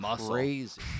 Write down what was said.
crazy